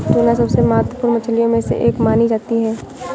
tuna सबसे महत्त्वपूर्ण मछलियों में से एक मानी जाती है